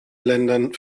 ländern